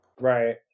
right